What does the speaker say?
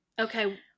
Okay